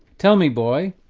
tell me, boy,